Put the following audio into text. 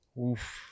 Oof